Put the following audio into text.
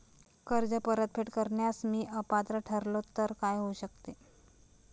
कर्ज परतफेड करण्यास मी अपात्र ठरलो तर काय होऊ शकते?